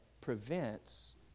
prevents